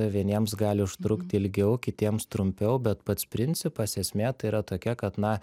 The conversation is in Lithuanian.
vieniems gali užtrukti ilgiau kitiems trumpiau bet pats principas esmė tai yra tokia kad na